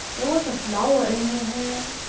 there was a flower in her hair,